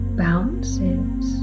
bounces